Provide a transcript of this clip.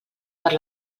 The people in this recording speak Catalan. per